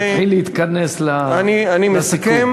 דב, תתחיל להתכנס לסיכום.